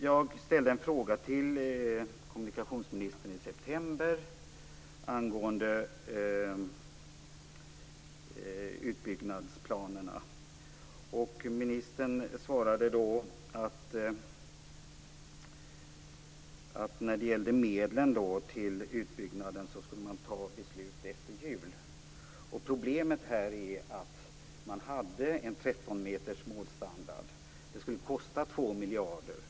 Jag ställde en fråga till kommunikationsministern i september angående utbyggnadsplanerna. Ministern svarade då att man skulle fatta beslut om medlen till utbyggnaden efter jul. Problemet här är att man hade en 13-metersmålstandard. Det skulle kosta 2 miljarder.